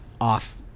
off